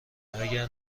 اگر